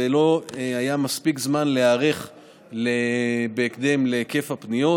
ולא היה מספיק זמן להיערך בהקדם להיקף הפניות.